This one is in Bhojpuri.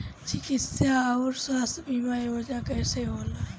चिकित्सा आऊर स्वास्थ्य बीमा योजना कैसे होला?